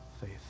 faith